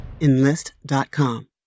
Enlist.com